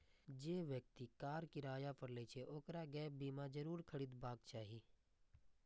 जे व्यक्ति कार किराया पर लै छै, ओकरा गैप बीमा जरूर खरीदबाक चाही